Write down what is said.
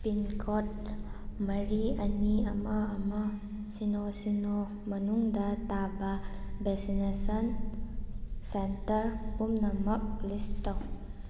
pincode ꯃꯔꯤ ꯑꯅꯤ ꯑꯃ ꯑꯃ ꯁꯤꯅꯣ ꯁꯤꯅꯣ ꯃꯅꯨꯡꯗ ꯇꯥꯕ ꯚꯦꯛꯁꯤꯟꯅꯦꯁꯟ ꯁꯦꯟꯇꯔ ꯄꯨꯝꯅꯃꯛ ꯂꯤꯁ ꯇꯧ